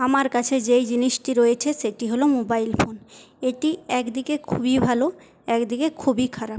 আমার কাছে যেই জিনিসটি রয়েছে সেটি হল মোবাইল ফোন এটি একদিকে খুবই ভালো একদিকে খুবই খারাপ